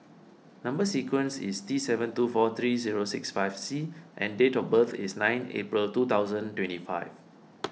Number Sequence is T seven two four three zero six five C and date of birth is nine April two thousand twenty five